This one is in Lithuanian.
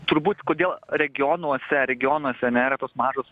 turbūt kodėl regionuose regionuose ane yra tos mažos